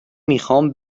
میخوام